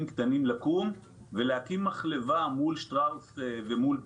קטנים לקום ולהקים מחלבה מול שטראוס ומול תנובה,